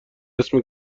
اسم